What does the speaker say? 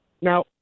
Now